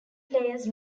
players